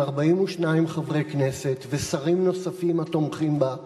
עם 42 חברי כנסת ושרים נוספים התומכים בה,